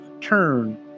turn